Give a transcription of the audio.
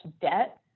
debt